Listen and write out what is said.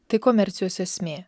tai komercijos esmė